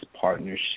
partnership